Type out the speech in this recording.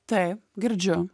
taip girdžiu